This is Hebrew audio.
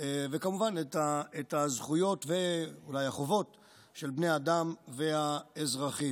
וכמובן את הזכויות והחובות של בני האדם והאזרחים.